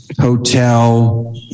Hotel